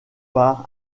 par